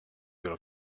will